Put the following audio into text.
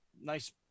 nice